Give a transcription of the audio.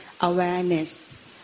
Awareness